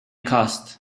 cost